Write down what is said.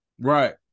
Right